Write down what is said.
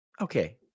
okay